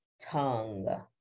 tongue